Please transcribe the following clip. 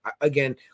again